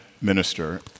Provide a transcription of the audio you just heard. minister